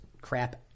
crap